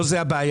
לא זו הבעיה.